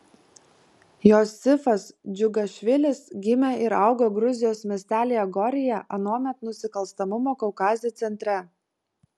josifas džiugašvilis gimė ir augo gruzijos miestelyje goryje anuomet nusikalstamumo kaukaze centre